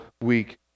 week